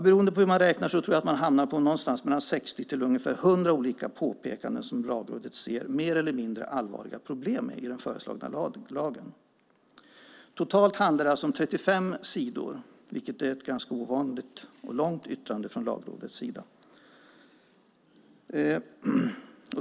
Beroende på hur man räknar tror jag att man hamnar på någonstans mellan 60 och 100 olika saker som Lagrådet ser mer eller mindre allvarliga problem med i den föreslagna lagen. Totalt handlar det alltså om 35 sidor, vilket är ett ganska ovanligt och långt yttrande från Lagrådets sida.